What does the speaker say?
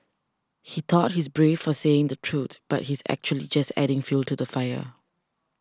he thought he's brave for saying the truth but he's actually just adding fuel to the fire